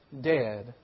dead